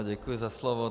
Děkuji za slovo.